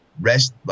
rest